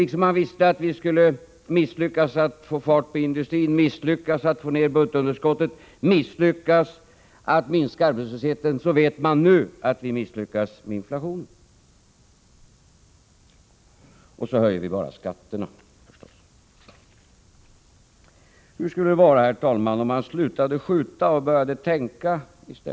Liksom de visste att vi skulle misslyckas med att få fart på industrin, med att få ned budgetunderskottet och med att minska arbetslösheten, vet de nu att vi kommer att misslyckas med inflationen. Dessutom bara höjer vi skatterna. Hur skulle det vara, herr talman, om de borgerliga företrädarna slutade skjuta och i stället började tänka.